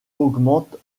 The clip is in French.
augmente